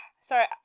Sorry